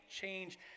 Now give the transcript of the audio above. change